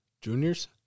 Juniors